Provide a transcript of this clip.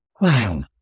wow